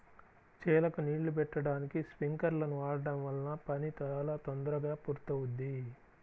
చేలకు నీళ్ళు బెట్టడానికి స్పింకర్లను వాడడం వల్ల పని చాలా తొందరగా పూర్తవుద్ది